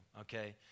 Okay